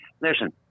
listen